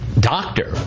Doctor